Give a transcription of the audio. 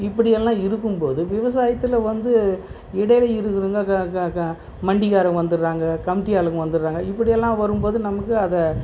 இப்படியெல்லாம் இருக்கும் போது விவசாயத்தில் வந்து இடையில் இருக்கிறவங்க மண்டிக்காரங்க வந்துடுறாங்க கமிட்டி ஆளுங்க வந்துடுறாங்க இப்படியெல்லாம் வரும் போது நமக்கு அதை